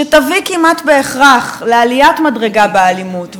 שתביא כמעט בהכרח לעליית מדרגה באלימות,